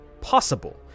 possible